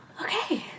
Okay